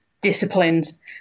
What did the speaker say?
disciplines